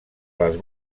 les